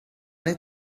need